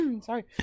sorry